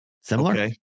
Similar